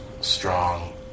strong